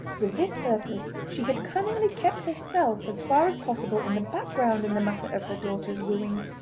with this purpose she had cunningly kept herself as far as possible in the background in the matter of her daughter's wooings,